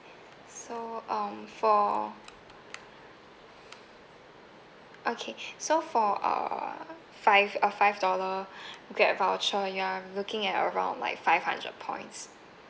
so um for okay so for err five uh five dollar Grab voucher you are looking at around like five hundred points